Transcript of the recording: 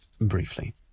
briefly